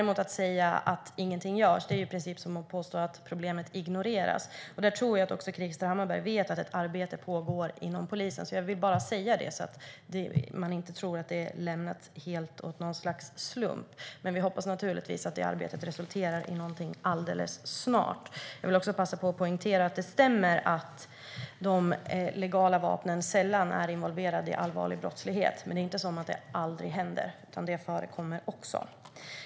Men att säga att inget görs är som att påstå att problemet ignoreras, och jag tror att Krister Hammarbergh vet att det pågår ett arbete inom polisen. Jag vill bara säga det så att ingen tror att det har lämnats åt slumpen, och vi hoppas givetvis att detta arbete resulterar i något alldeles snart. Jag vill också passa på att poängtera att det stämmer att de legala vapnen sällan är involverade i allvarlig brottslighet. Men det är inte så att det aldrig händer, utan det förekommer.